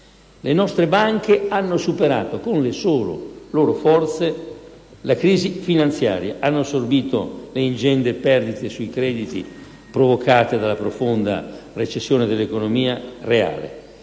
Le nostre banche hanno superato con le loro sole forze la crisi finanziaria, hanno assorbito le ingenti perdite sui crediti provocate dalla profonda recessione dell'economia reale;